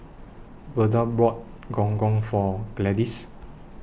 Verda bought Gong Gong For Gladis